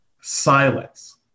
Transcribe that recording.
silence